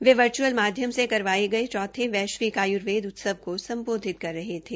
वे virtual माध्यम से करवाए गए चौथे वैष्यिक आयुर्वेद उत्सव को संबोधित कर रहे थे